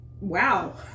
wow